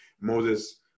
Moses